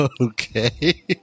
Okay